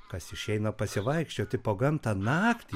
kas išeina pasivaikščioti po gamtą naktį